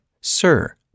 Sir